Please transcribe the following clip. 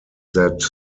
that